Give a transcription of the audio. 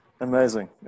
Amazing